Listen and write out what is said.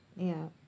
ya